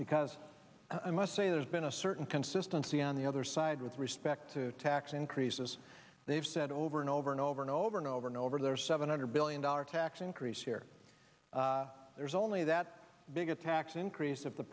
because i must say there's been a certain consistency on the other side with respect to tax increases they have said over and over and over and over and over and over their seven hundred billion dollars tax increase here there's only that big a tax increase of the